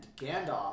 Gandalf